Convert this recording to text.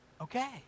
Okay